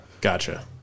gotcha